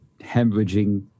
hemorrhaging